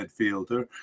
midfielder